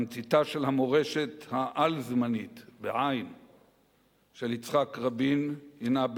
תמציתה של המורשת העל-זמנית של יצחק רבין הינה,